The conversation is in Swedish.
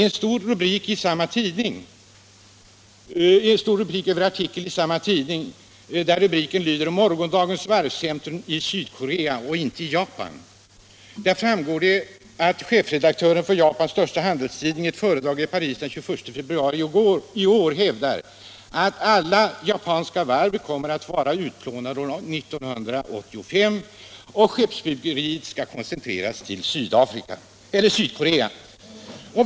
En stor rubrik över en artikel i samma tidning har följande lydelse: ”Morgondagens varvscentrum i Sydkorea - inte Japan.” Där framgår det att chefredaktören för Japans största handelstidning i ett föredrag i Paris den 21 februari i år har hävdat att japanska varv kommer att vara utplånade år 1985 och att skeppsbyggeriet skall koncentreras till Sydkorea.